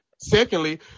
Secondly